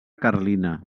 carlina